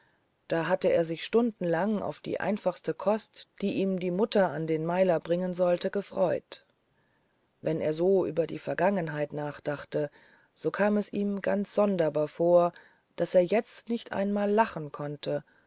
da hatte er sich stundenlang auf die einfache kost die ihm die mutter zu dem meiler bringen sollte gefreut wenn er so über die vergangenheit nachdachte so kam es ihm ganz sonderbar vor daß er jetzt nicht einmal lachen konnte